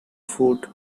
food